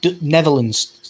Netherlands